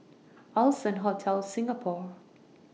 Allson Hotel Singapore